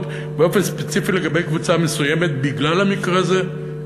באופן ספציפי לגבי קבוצה מסוימת בגלל המקרה הזה?